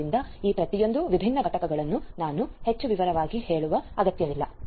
ಆದ್ದರಿಂದ ಈ ಪ್ರತಿಯೊಂದು ವಿಭಿನ್ನ ಘಟಕಗಳನ್ನು ನಾನು ಹೆಚ್ಚು ವಿವರವಾಗಿ ಹೇಳುವ ಅಗತ್ಯವಿಲ್ಲ